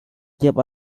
gave